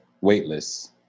weightless